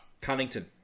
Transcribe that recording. Cunnington